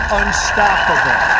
unstoppable